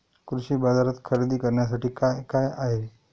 कृषी बाजारात खरेदी करण्यासाठी काय काय आहे?